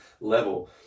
level